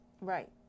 Right